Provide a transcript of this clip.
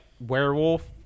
werewolf